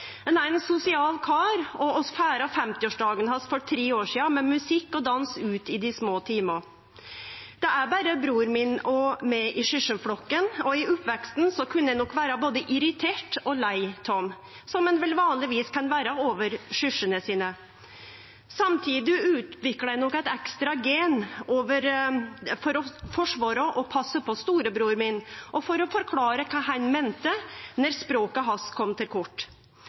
sosial kar, og vi feira 50-årsdagen hans for tre år sidan med musikk og dans ut i dei små timar. Det er berre bror min og eg i syskenflokken, og i oppveksten kunne eg nok vere både irritert og lei av han, som ein vel vanlegvis kan vere av syskena sine. Samtidig utvikla eg nok eit ekstra gen for å forsvare og passe på storebror min og for å forklare kva han meinte når språket hans kom til kort.